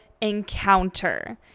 encounter